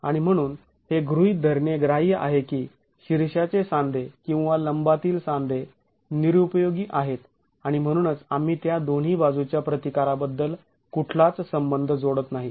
आणि म्हणून हे गृहीत धरणे ग्राह्य आहे की शीर्षाचे सांधे किंवा लंबातील सांधे निरुपयोगी आहेत आणि म्हणूनच आम्ही त्या दोन्ही बाजूच्या प्रतिकाराबद्दल कुठलाच संबंध जोडत नाही